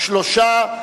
אני קובע שהודעת